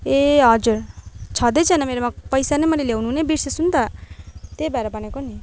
ए हजुर छँदै छैन मेरोमा पैसा नै मैले ल्याउनु नै बिर्सेछु नि त त्यही भएर भनेको नि